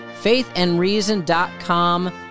faithandreason.com